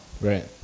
right